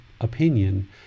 opinion